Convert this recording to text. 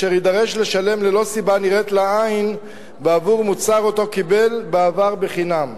אשר יידרש לשלם ללא סיבה נראית לעין בעבור מוצר שאותו קיבל בעבר חינם.